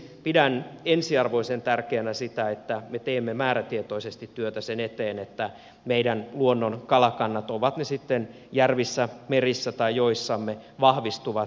pidän ensiarvoisen tärkeänä sitä että me teemme määrätietoisesti työtä sen eteen että meidän luonnon kalakantamme ovat ne sitten järvissä merissä tai joissamme vahvistuvat